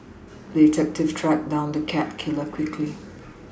the detective tracked down the cat killer quickly